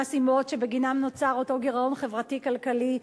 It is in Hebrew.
סיבות שבגינן נוצר אותו גירעון חברתי כלכלי,